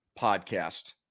podcast